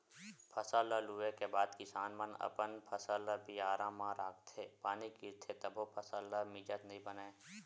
फसल ल लूए के बाद किसान मन अपन फसल ल बियारा म राखथे, पानी गिरथे तभो फसल ल मिजत नइ बनय